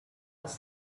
was